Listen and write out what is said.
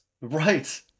Right